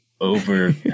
over